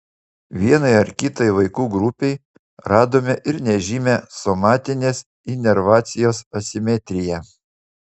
vienai ir kitai vaikų grupei radome ir nežymią somatinės inervacijos asimetriją